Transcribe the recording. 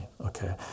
okay